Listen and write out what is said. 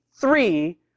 three